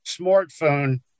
smartphone